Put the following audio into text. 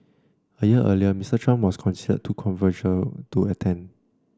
a year earlier Mister Trump was considered too controversial to attend